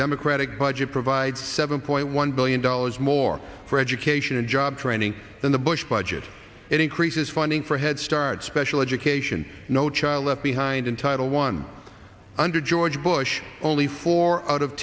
democratic budget provides seven point one billion dollars more for education and job training than the bush budget it increases funding for head start special education no child left behind in title one under george bush only four out of